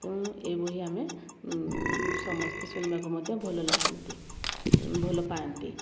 ତେଣୁ ଏ ବହି ଆମେ ସମସ୍ତେ ଶୁଣିବାକୁ ମଧ୍ୟ ଭଲ ଲାଗନ୍ତି ଭଲ ପାଆନ୍ତି